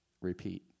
repeat